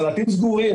סלטים סגורים